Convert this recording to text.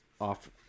off